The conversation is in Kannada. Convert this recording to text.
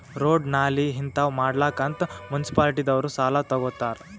ರೋಡ್, ನಾಲಿ ಹಿಂತಾವ್ ಮಾಡ್ಲಕ್ ಅಂತ್ ಮುನ್ಸಿಪಾಲಿಟಿದವ್ರು ಸಾಲಾ ತಗೊತ್ತಾರ್